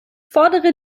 fordere